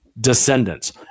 descendants